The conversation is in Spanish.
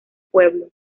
pueblo